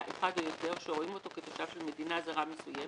אחד או יותר שרואים אותו כתושב של מדינה זרה מסוימת,